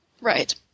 Right